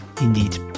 indeed